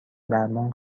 درمان